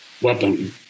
weapon